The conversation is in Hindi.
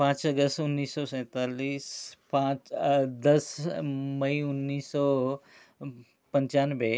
पाँच अगस्त उन्नीस सौ सैंतालीस पाँच दस मई उन्नीस सौ पंचानवे